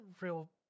real